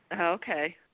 Okay